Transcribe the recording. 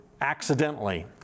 accidentally